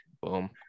Boom